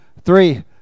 three